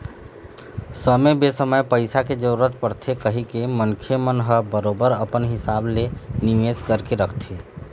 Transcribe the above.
समे बेसमय पइसा के जरूरत परथे कहिके मनखे मन ह बरोबर अपन हिसाब ले निवेश करके रखथे